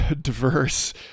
diverse